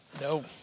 no